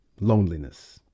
loneliness